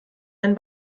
einen